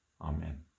Amen